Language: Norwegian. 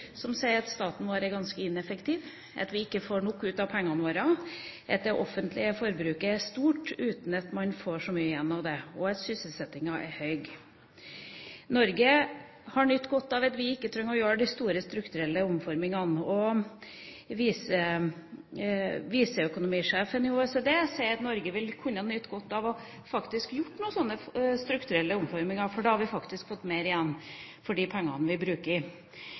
som sier at staten har vært ganske ineffektiv, at vi ikke får nok ut av pengene våre, at det offentlige forbruket er stort, uten at man får så mye igjen for det, og at sysselsettingen er høy. Norge har nytt godt av at vi ikke trenger å gjøre de store strukturelle omformingene, men viseøkonomisjefen i OECD sier at mange land ville kunne nyte godt av faktisk å gjøre noen strukturelle omforminger, for da hadde en fått mer igjen for de pengene en bruker.